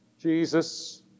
Jesus